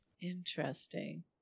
Interesting